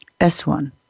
S1